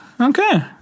Okay